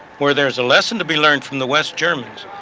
where there is a lesson to be learned from the west germans,